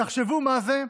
תחשבו מה זה,